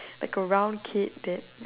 like a round kid that